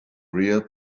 real